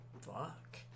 Fuck